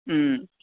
ह्म्